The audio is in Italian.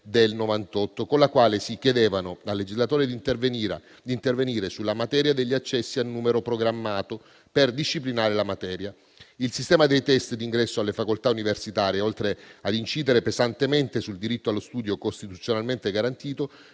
del 1998, con la quale si chiedeva al legislatore di intervenire sulla materia degli accessi al numero programmato, per disciplinare la materia. Il sistema dei *test* d'ingresso alle facoltà universitarie, oltre ad incidere pesantemente sul diritto allo studio costituzionalmente garantito,